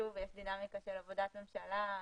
שוב, יש דינמיקה של עבודת ממשלה.